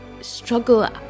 struggle